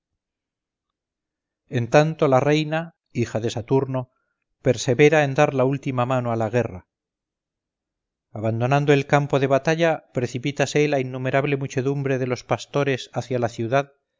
en tanto la reina hija de saturno preserva en dar la última mano a la guerra abandonando el campo de batalla precipítase la innumerable muchedumbre de los pastores hacia la ciudad